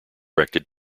directed